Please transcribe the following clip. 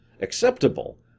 acceptable